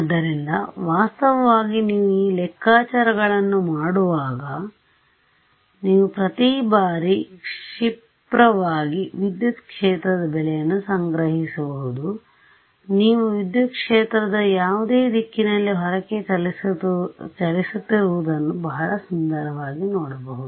ಆದ್ದರಿಂದ ವಾಸ್ತವವಾಗಿ ನೀವು ಈ ಲೆಕ್ಕಾಚಾರಗಳನ್ನು ಮಾಡುವಾಗ ನೀವು ಪ್ರತಿ ಬಾರಿ ಕ್ಷಿಪ್ರವಾಗಿ ವಿದ್ಯುತ್ ಕ್ಷೇತ್ರದ ಬೆಲೆಯನ್ನು ಸಂಗ್ರಹಿಸಬಹುದು ನೀವು ವಿದ್ಯುತ್ ಕ್ಷೇತ್ರದಯಾವುದೇ ದಿಕ್ಕಿನಲ್ಲಿ ಹೊರಕ್ಕೆ ಚಲಿಸುತ್ತಿರುವುದನ್ನು ಬಹಳ ಸುಂದರವಾಗಿ ನೋಡಬಹುದು